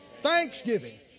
Thanksgiving